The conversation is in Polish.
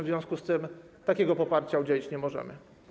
W związku z tym takiego poparcia udzielić nie możemy.